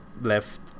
left